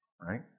right